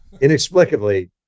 inexplicably